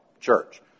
church